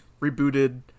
rebooted